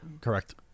correct